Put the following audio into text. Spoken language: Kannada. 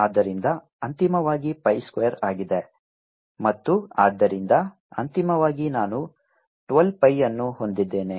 ಆದ್ದರಿಂದ ಅಂತಿಮವಾಗಿ pi ಸ್ಕ್ವೇರ್ ಆಗಿದೆ ಮತ್ತು ಆದ್ದರಿಂದ ಅಂತಿಮವಾಗಿ ನಾನು 12 pi ಅನ್ನು ಹೊಂದಿದ್ದೇನೆ